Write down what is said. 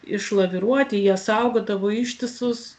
išlaviruoti jie saugodavo ištisus